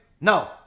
no